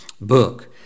book